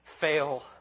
fail